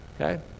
okay